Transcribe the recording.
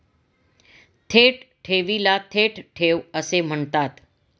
थेट ठेवीला थेट ठेव असे म्हणतात